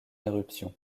éruption